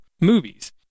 movies